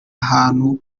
ahantu